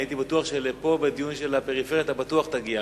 אני הייתי בטוח שלדיון על הפריפריה אתה תגיע,